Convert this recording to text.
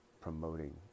promoting